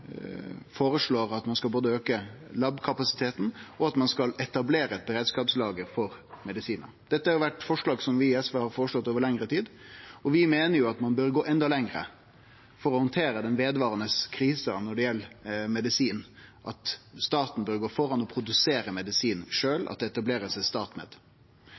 at ein skal auke labkapasiteten, og at ein skal etablere eit beredskapslager for medisinar. Dette er noko vi i SV har føreslått over lengre tid, og vi meiner at ein bør gå enda lenger for å handtere den vedvarande krisa når det gjeld medisin. Staten bør gå føre og produsere medisin